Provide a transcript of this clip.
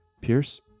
Pierce